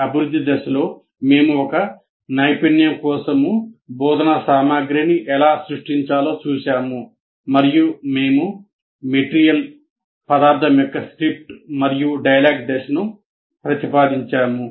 అభివృద్ధి దశలో మేము ఒక నైపుణ్యం కోసం బోధనా సామగ్రిని ఎలా సృష్టించాలో చూశాము మరియు మేము పదార్థం యొక్క 'స్క్రిప్ట్ మరియు డైలాగ్' దశను ప్రతిపాదించాము